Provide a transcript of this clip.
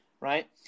right